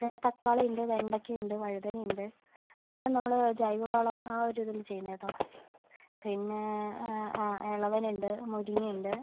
ഇവിടെ തക്കാളി ഉണ്ട് വെണ്ടയ്ക്ക ഉണ്ട് വഴുതന ഉണ്ട് എല്ലാം നമ്മൾ ജൈവവളം ആ ഒരു ഇതിൽ ചെയ്യുന്നതാണ് കേട്ടോ പിന്നെ ആ എളവൻ ഉണ്ട് മുരിങ്ങ ഉണ്ട്